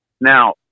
Now